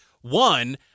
one